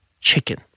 chicken